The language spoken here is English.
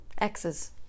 X's